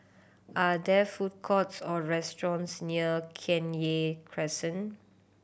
are there food courts or restaurants near Kenya Crescent